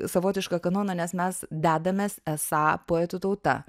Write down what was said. savotišką kanoną nes mes dedamės esą poetų tauta